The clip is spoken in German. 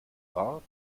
war